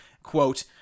quote